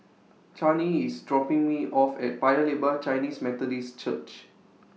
Chanie IS dropping Me off At Paya Lebar Chinese Methodist Church